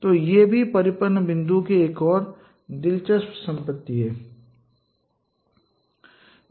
तो यह भी परिपत्र बिंदुओं की एक और दिलचस्प संपत्ति है